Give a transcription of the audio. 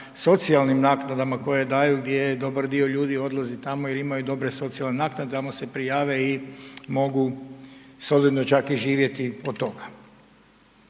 socijalnim naknadama koje daju gdje dobar dio ljudi odlazi tamo jer imaju dobre socijalne naknade, tamo se prijave i mogu solidno čak i živjeti od toga.